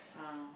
ah